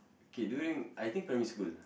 okay during I think primary school